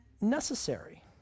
necessary